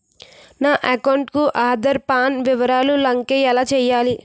నా అకౌంట్ కు ఆధార్, పాన్ వివరాలు లంకె ఎలా చేయాలి?